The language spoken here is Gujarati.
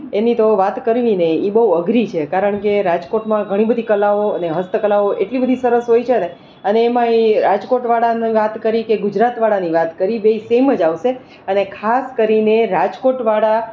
એની વાત કરવીને એ બહુ અઘરી છે કારણ કે રાજકોટમાં ઘણી બધી કલાઓ અને હસ્તકલાઓ એટલી બધી સરસ હોય છેને અને એમાં એ રાજકોટવાળાની વાત કરી કે ગુજરાતવાળાની વાત કરી બેય સેમ જ આવશે અને ખાસ કરીને રાજકોટવાળા